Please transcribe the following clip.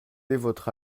votera